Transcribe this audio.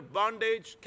bondage